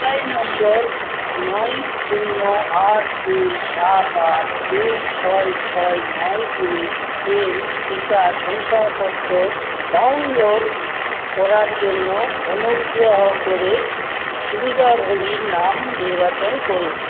mobile নম্বর নয় শূন্য আট দুই সাত আট দুই ছয় ছয় নয় দুইয়ের টিকা শংসাপত্র ডাউনলোড করার জন্য অনুগ্রহ করে সুবিধাভোগীর নাম নির্বাচন করুন